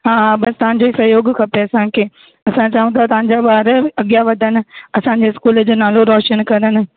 हा हा बसि तव्हांजो सहयोगु खपे असांखे असां चऊं था तव्हां जा ॿार अॻियां वधनि असांजे स्कूल जो नालो रोशन करनि